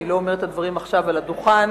אני לא אומרת את הדברים עכשיו על הדוכן,